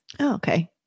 Okay